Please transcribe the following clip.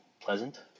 pleasant